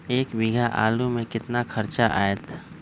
एक बीघा आलू में केतना खर्चा अतै?